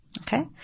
Okay